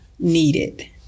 needed